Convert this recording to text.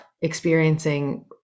experiencing